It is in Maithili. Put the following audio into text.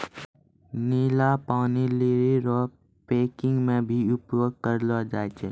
नीला पानी लीली रो पैकिंग मे भी उपयोग करलो जाय छै